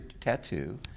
tattoo